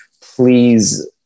Please